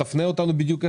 תפנה אותנו בדיוק איפה זה.